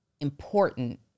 important